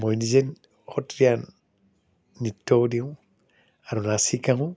মই নিজে সত্ৰীয়া নৃত্যও দিওঁ আৰু নাচ শিকাওঁ